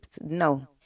no